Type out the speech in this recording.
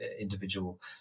individual